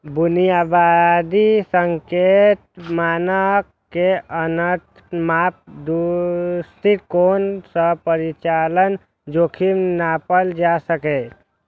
बुनियादी संकेतक, मानक आ उन्नत माप दृष्टिकोण सं परिचालन जोखिम नापल जा सकैए